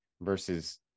versus